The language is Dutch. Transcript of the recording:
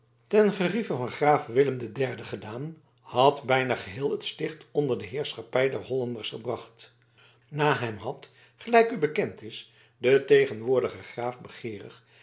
ten gerieve van grave willem den derden gedaan had bijna geheel het sticht onder de heerschappij der hollanders gebracht na hem had gelijk u bekend is de tegenwoordige graaf